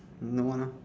no one lor